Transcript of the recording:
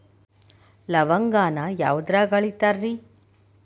ಲವಂಗಾನ ಯಾವುದ್ರಾಗ ಅಳಿತಾರ್ ರೇ?